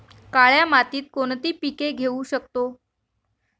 काळ्या मातीत कोणती पिके घेऊ शकतो?